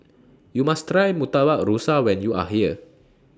YOU must Try Murtabak Rusa when YOU Are here